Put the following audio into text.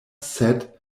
sed